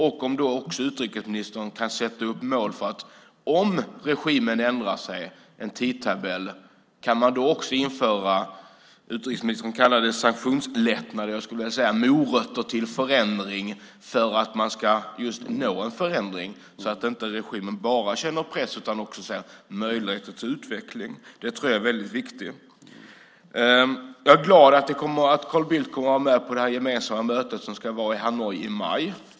Om regimen ändrar sig, kan utrikesministern då också ange någon tidtabell för att införa det som han kallar sanktionslättnader men som jag skulle vilja kalla morötter för förändring, så att regimen inte bara känner press utan också ser möjligheter till utveckling? Det tror jag är väldigt viktigt. Jag är glad att Carl Bildt kommer att vara med på det gemensamma möte som ska hållas i Hanoi i maj.